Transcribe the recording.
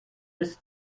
bis